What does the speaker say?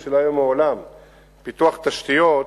של ההשקעה ברשויות הערביות: